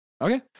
Okay